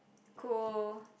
cool